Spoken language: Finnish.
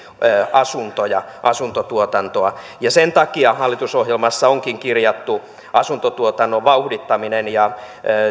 asuntoja asuntotuotantoa sen takia hallitusohjelmassa onkin kirjattu asuntotuotannon vauhdittaminen ja